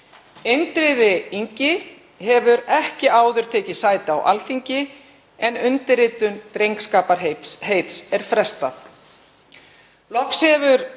Indriði Ingi hefur ekki áður tekið sæti á Alþingi en undirritun drengskaparheits er frestað.